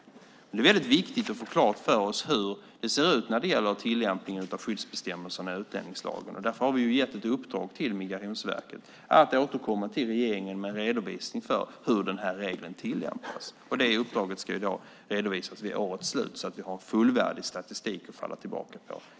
Nu är det väldigt viktigt att vi får klart för oss hur det ser ut när det gäller tillämpningen av skyddsbestämmelserna i utlänningslagen, och därför har vi gett ett uppdrag till Migrationsverket att återkomma till regeringen med en redovisning av hur den här regeln tillämpas. Det uppdraget ska redovisas vid årets slut så att vi har en fullvärdig statistik att falla tillbaka på.